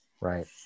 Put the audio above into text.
Right